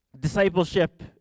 Discipleship